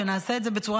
כדי שנעשה את זה בצורה